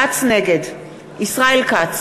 נגד ישראל כץ,